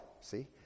see